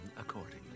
accordingly